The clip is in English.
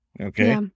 Okay